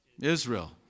Israel